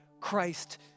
Christ